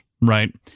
right